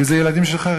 כי זה ילדים של חרדים.